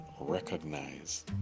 recognize